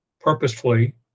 purposefully